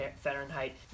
Fahrenheit